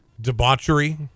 debauchery